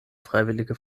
freiwillige